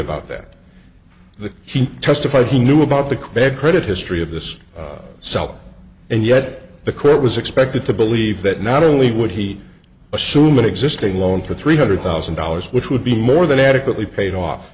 about that the he testified he knew about the quebec credit history of this self and yet the quote was expected to believe that not only would he assume an existing loan for three hundred thousand dollars which would be more than adequately paid off